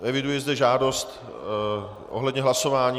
Eviduji zde žádost ohledně hlasování.